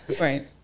Right